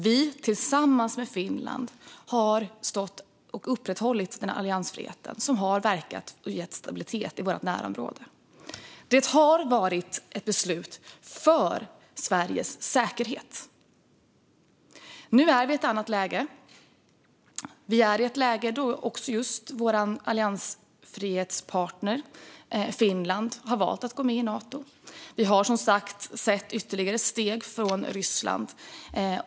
Vi har tillsammans med Finland upprätthållit alliansfriheten, som har gett stabilitet i vårt närområde. Detta har varit ett beslut för Sveriges säkerhet. Nu är vi i ett annat läge. Vi är i ett läge då just vår alliansfrihetspartner Finland har valt att gå med i Nato. Vi har som sagt sett ytterligare steg från Ryssland.